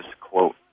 quote